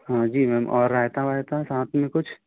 हाँ जी मैम और रायता वायता साथ में कुछ